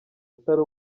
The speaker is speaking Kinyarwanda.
atari